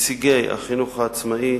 נציגי החינוך העצמאי